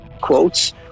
quotes